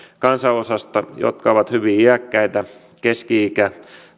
kansanosasta jotka ovat hyvin iäkkäitä keski ikä